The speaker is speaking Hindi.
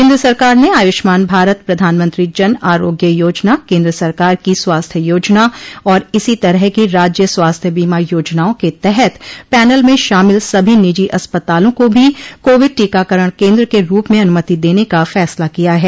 केंद्र सरकार ने आयुष्मान भारत प्रधानमंत्री जन आरोग्य योजना केंद्र सरकार की स्वास्थ्य योजना और इसी तरह की राज्य स्वास्थ्य बीमा योजनाओं के तहत पैनल में शामिल सभी निजी अस्पतालों को भी कोविड टीकाकरण केंद्र के रूप में अनुमति देने का फैसला किया है